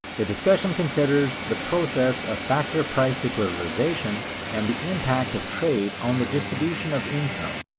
the discussion considers the process of factor-price equalization and the impact of trade on the distribution of income.